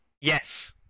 yes